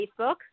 Facebook